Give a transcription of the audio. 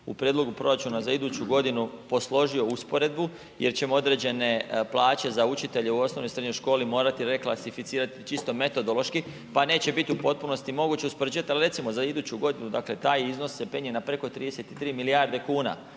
u prijedlogu proračuna za iduću godinu posložio usporedbu jer ćemo određene plaće za učitelje u osnovnoj i srednjoj školi morati reklasificirati čisto metodološki pa neće biti u potpunosti moguće uspoređivat. Ali recimo za iduću godinu taj iznos se penje na preko 33 milijarde kuna,